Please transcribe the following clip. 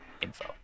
info